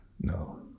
no